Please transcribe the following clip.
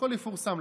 הפרוטוקול יפורסם,